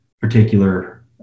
particular